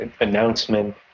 announcement